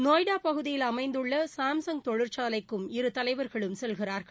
நொய்டா பகுதியில் அமைந்துள்ள சாம்சங் தொழிற்சாலைக்கும் இரு தலைவா்களும் செல்கிறார்கள்